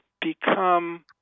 become –